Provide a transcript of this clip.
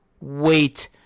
wait